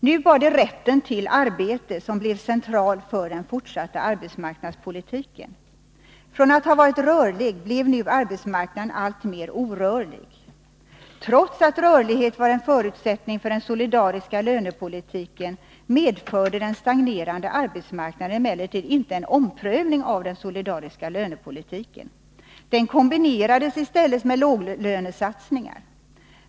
Nu var det rätten till arbete som blev central för den fortsatta arbetsmarknadspolitiken. Från att ha varit rörlig blev nu arbetsmarknaden alltmer orörlig. Trots att rörlighet var en förutsättning för den solidariska lönepolitiken, medförde den stagnerande arbetsmarknaden emellertid inte en omprövning av den solidariska lönepolitiken. Den kombinerades i stället med låglönesatsningar.